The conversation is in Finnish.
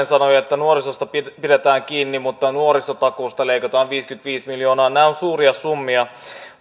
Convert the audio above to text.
sanoi että nuorisosta pidetään kiinni mutta nuorisotakuusta leikataan viisikymmentäviisi miljoonaa nämä ovat suuria summia